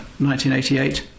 1988